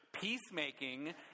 Peacemaking